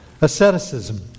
Asceticism